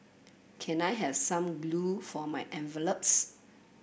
can I has some glue for my envelopes